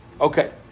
Okay